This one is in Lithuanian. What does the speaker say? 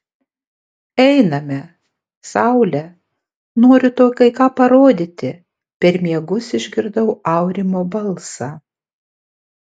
einame saule noriu tau kai ką parodyti per miegus išgirdau aurimo balsą